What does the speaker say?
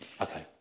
Okay